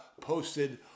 posted